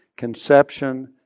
Conception